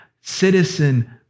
citizen